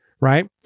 right